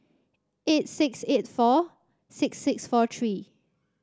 eight six eight four six six four three